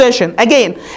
Again